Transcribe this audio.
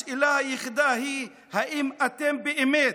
השאלה היחידה היא האם אתם באמת,